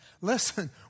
Listen